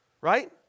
right